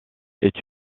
est